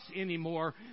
anymore